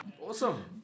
Awesome